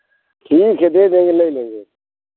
ठीक है दे देंगे ले लेंगे